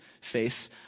face